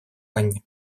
анне